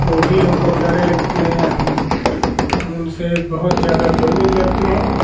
वह भी हमको प्यारे लगते हैं हम उन हम उनसे बहुत ज़्यादा घुल मिल जाते हैं